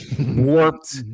warped